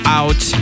out